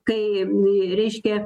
kai reiškia